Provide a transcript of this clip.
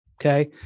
Okay